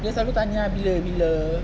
dia selalu tanya ah bila bila